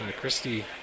Christie